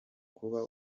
kuba